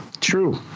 True